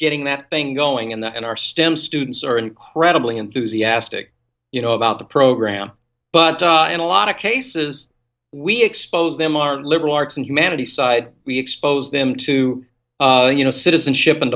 getting that thing going and that our stem students are incredibly enthusiastic you know about the program but in a lot of cases we expose them aren't liberal arts and humanities side we expose them to you know citizenship and